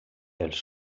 els